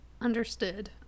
understood